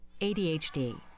ADHD